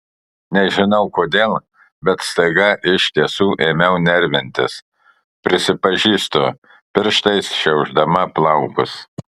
nežinau kodėl bet staiga iš tiesų ėmiau nervintis prisipažįstu pirštais šiaušdama plaukus